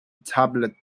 tablet